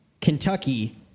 Kentucky